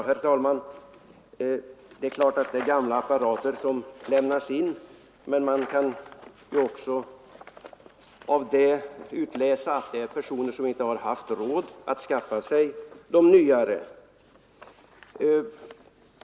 Herr talman! Det är klart att det är gamla apparater som lämnas in, men av detta kan man ju också utläsa att det här gäller personer som inte har haft råd att skaffa sig de nya.